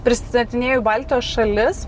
prisistatinėju baltijos šalis